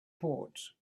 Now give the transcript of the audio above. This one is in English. port